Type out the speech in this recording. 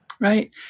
Right